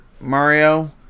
Mario